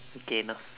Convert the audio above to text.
okay enough